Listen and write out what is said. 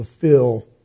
fulfill